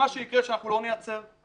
מה שיקרה כשאנחנו לא נייצר הוא